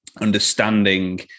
Understanding